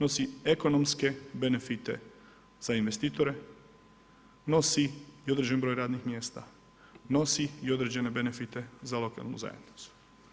Nosi ekonomske benefite za investitore, nosi i određen broj radnih mjesta, nosi i određene benefite za lokalnu zajednicu.